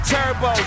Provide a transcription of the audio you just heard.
Turbo